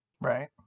Right